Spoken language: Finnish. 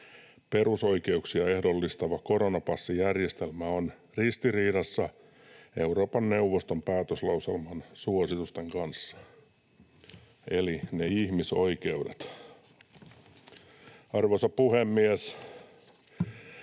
perusoikeuksia ehdollistava koronapassijärjestelmä on ristiriidassa Euroopan neuvoston päätöslauselman suositusten kanssa.” Eli ne ihmisoikeudet. Arvoisa puhemies!